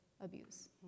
abuse